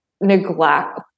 neglect